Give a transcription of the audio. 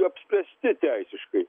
apspręsti teisiškai